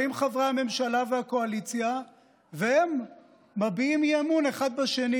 באים חברי הממשלה והקואליציה והם מביעים אי-אמון אחד בשני,